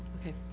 Okay